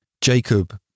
Jacob